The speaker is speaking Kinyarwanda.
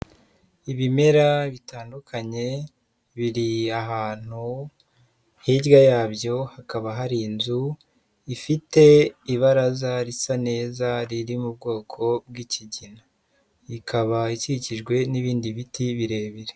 Ibimera bitandukanye biri ahantu hirya yabyo hakaba hari inzu ifite ibaraza risa neza riri mu bwoko bw'ikigina, ikaba ikikijwe n'ibindi biti birebire.